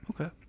Okay